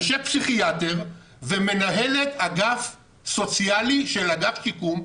יושב פסיכיאטר ומנהלת אגף סוציאלי של אגף שיקום,